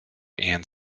and